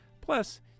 Plus